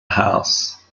house